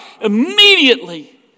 immediately